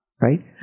Right